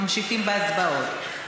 ממשיכים בהצבעות.